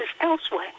elsewhere